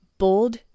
bold